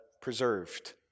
preserved